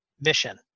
mission